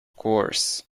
course